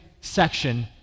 section